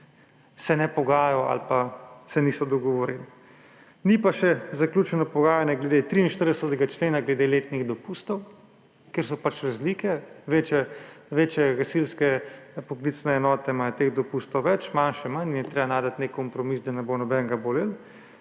se ne pogajajo ali pa se niso dogovorili. Ni pa še zaključeno pogajanje glede 43. člena, glede letnih dopustov, ker so pač razlike. Večje gasilske poklicne enote imajo teh dopustov več, manjše manj in je treba najti nek kompromis, da ne bo nikogar bolelo.